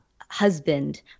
husband